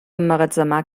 emmagatzemar